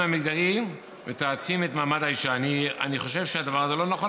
המגדרי ותעצים את מעמד האישה." אני חושב שהדבר הזה לא נכון,